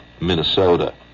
Minnesota